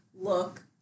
look